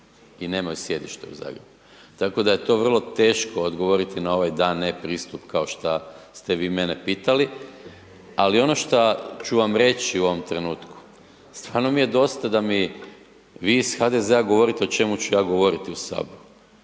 i nemaju sjedište u Zagrebu tako da je to vrlo teško odgovoriti na ovaj da/ne pristup kao šta ste vi mene pitali ali ono šta ću vam reći u ovom trenutku, stvarno mi je dosta da mi vi iz HDZ-a govorite o čemu ću ja govoriti u Saboru.